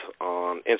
on